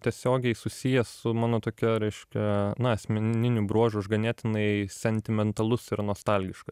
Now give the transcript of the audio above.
tiesiogiai susijęs su mano tokia reiškia na asmeniniu bruožu aš ganėtinai sentimentalus ir nostalgiškas